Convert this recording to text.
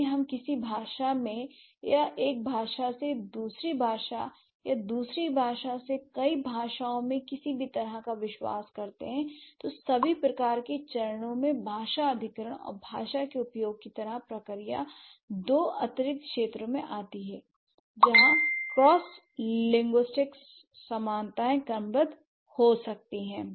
यदि हम किसी भाषा में या एक भाषा से दूसरी भाषा या दूसरी भाषा से कई भाषाओं में किसी भी तरह का विश्वास करते हैं तो सभी प्रकार के चरणों में भाषा अधिग्रहण और भाषा के उपयोग की यह प्रक्रिया दो अतिरिक्त क्षेत्र में आती है जहां क्रॉस लिंग्विस्टिक समानताएं क्रमबद्ध हो सकती हैं